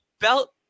Belt